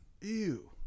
ew